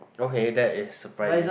okay that is surprising